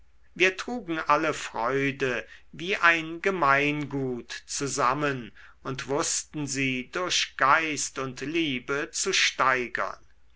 wir trugen alle freude wie ein gemeingut zusammen und wußten sie durch geist und liebe zu steigern